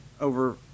over